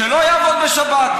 שלא יעבוד בשבת,